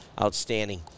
Outstanding